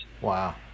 Wow